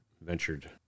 ventured